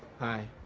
hi.